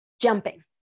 Jumping